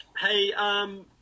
Hey